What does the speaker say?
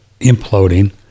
imploding